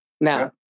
Now-